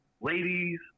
Ladies